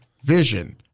vision